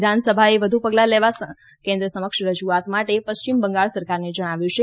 વિધાનસભાએ વધુ પગલાં લેવા કેન્દ્ર સમક્ષ રજુઆત માટે પશ્ચિમ બંગાળ સરકારને જણાવ્યું છે